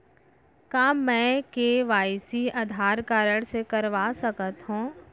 का मैं KYC Aadhaar card से कर सकत हो?